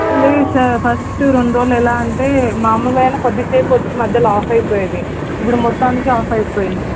లేదు sir first రెండు రోజులు ఎలా అంటే మాములుగా అయిన కొద్దిసేపు వచ్చి మధ్యలో ఆఫ్ అయిపోయేది ఇప్పుడు మొత్తానికి ఆఫ్ అయిపోయింది